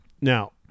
Now-